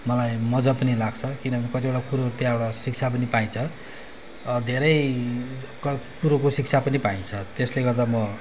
मलाई मजा पनि लाग्छ किनभने कतिवटा कुरो त्यहाँबाट शिक्षा पनि पाइन्छ धेरै क कुरोको शिक्षा पनि पाइन्छ त्यसले गर्दा म